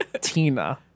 Tina